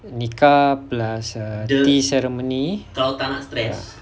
nikah plus err tea ceremony ya